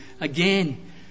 Again